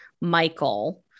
Michael